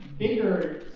bigger